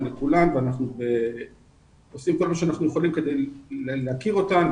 לכולן ואנחנו עושים כל מה שאנחנו יכולים כדי להכיר אותן,